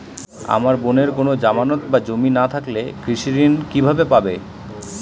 আমার বোনের কোন জামানত বা জমি না থাকলে কৃষি ঋণ কিভাবে পাবে?